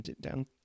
down